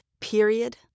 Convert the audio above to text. Period